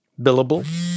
billable